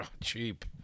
cheap